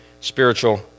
spiritual